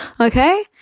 okay